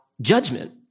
judgment